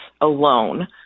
alone